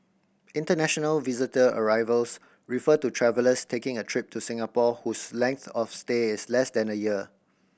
international visitor arrivals refer to travellers taking a trip to Singapore whose length of stay is less than a year